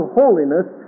holiness